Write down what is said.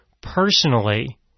personally